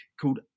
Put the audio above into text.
called